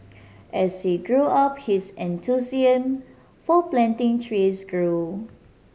as he grew up his enthusiasm for planting trees grew